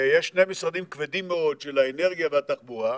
ויש שני משרדים כבדים מאוד, של האנרגיה והתחבורה,